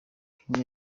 kenya